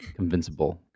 convincible